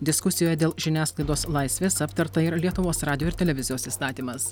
diskusijoje dėl žiniasklaidos laisvės aptarta ir lietuvos radijo ir televizijos įstatymas